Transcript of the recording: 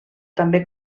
també